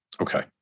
Okay